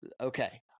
Okay